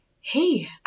hey